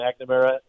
McNamara